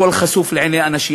הכול חשוף לעיני אנשים,